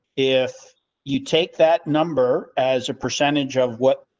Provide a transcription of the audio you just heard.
if you take that number as a percentage of what.